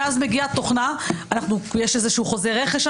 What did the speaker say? כשמגיעה התוכנה יש איזה חוזה רכש,